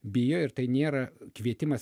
bijo ir tai nėra kvietimas